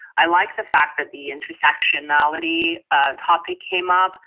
i like the fact that the intersectionality of topic came up